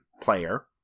player